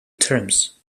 terms